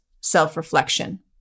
self-reflection